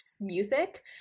music